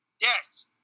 Yes